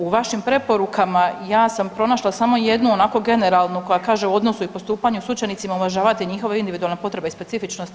U vašim preporukama ja sam pronašla samo jednu onako generalnu koja kaže u odnosu i postupanju s učenicima uvažavati njihove individualne potrebe i specifičnosti.